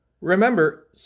Remember